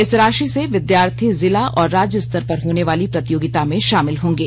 इस राशि से विधार्थी जिला और राज्य स्तर पर होने वाली प्रतियोगिता में शामिल होंगे